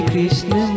Krishna